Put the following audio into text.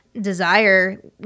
desire